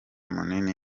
munini